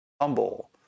humble